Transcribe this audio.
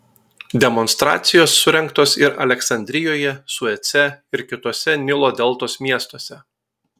demonstracijos surengtos ir aleksandrijoje suece ir kituose nilo deltos miestuose